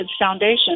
Foundation